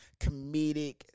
comedic